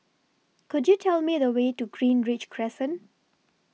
Could YOU Tell Me The Way to Greenridge Crescent